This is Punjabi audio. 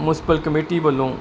ਮੁਸ਼ਕਲ ਕਮੇਟੀ ਵੱਲੋਂ